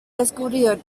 descubridor